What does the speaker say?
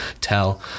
tell